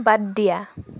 বাদ দিয়া